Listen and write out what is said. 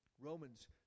Romans